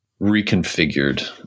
reconfigured